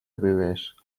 village